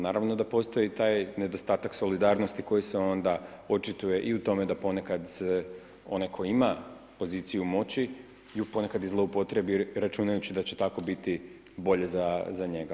Naravno da postoji taj nedostatak solidarnosti koji se onda očituje u tome da ponekad onaj koji ima poziciju moći ju ponekad zloupotrijebi računajući da će tako biti bolje za njega.